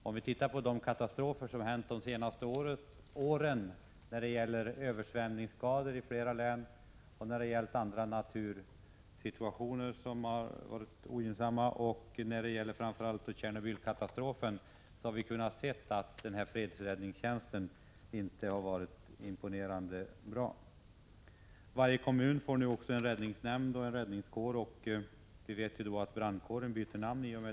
Ser vi på de katastrofer som har hänt under de senaste åren — översvämningsskador i flera län, andra besvärliga natursituationer och framför allt Tjernobylkatastrofen — finner vi att fredsräddningstjänsten inte har varit särskilt imponerande. Varje kommun får nu också en räddningstjänst och en räddningskår och brandkåren byter namn.